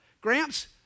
Gramps